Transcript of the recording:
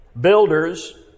builders